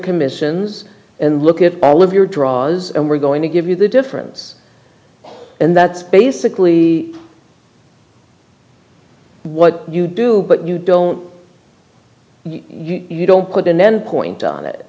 commissions and look at all of your draws and we're going to give you the difference and that's basically what you do but you don't you don't couldn't then point on it